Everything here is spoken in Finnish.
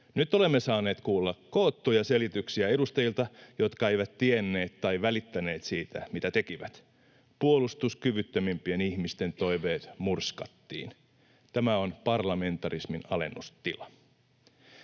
Nyt olemme saaneet kuulla koottuja selityksiä edustajilta, jotka eivät tienneet tai välittäneet siitä, mitä tekivät. Puolustuskyvyttömimpien ihmisten toiveet murskattiin. Tämä on parlamentarismin alennustila.